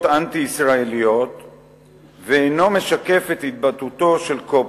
אנטי-ישראליות ואינו משקף את התבטאותו של קובטי.